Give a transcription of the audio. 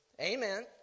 Amen